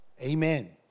Amen